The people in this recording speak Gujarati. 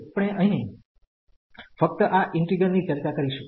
હવેઆપણે અહીં ફક્ત આ ઈન્ટિગ્રલ ની ચર્ચા કરીશું